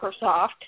Microsoft